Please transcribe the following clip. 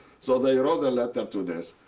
so they wrote a letter to this.